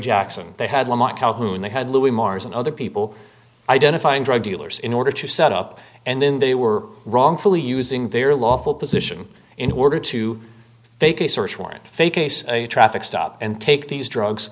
jackson they had calhoun they had louis mars and other people identifying drug dealers in order to set up and then they were wrongfully using their lawful position in order to fake a search warrant fake ace a traffic stop and take these drugs